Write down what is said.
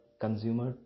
consumer